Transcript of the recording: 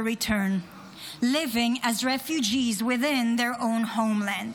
return living as refugees within their own homeland.